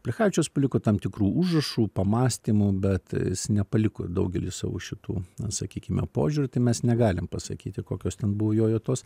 plechavičius paliko tam tikrų užrašų pamąstymų bet jis nepaliko daugeliui savo šitų na sakykime požiūrių tai mes negalim pasakyti kokios ten buvo jo jo tos